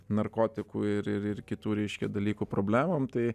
narkotikų ir ir kitų reiškia dalykų problemom tai